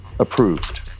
approved